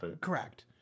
Correct